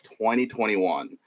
2021